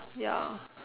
ya